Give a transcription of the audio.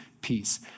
peace